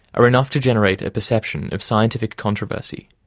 are enough to generate a perception of scientific controversy.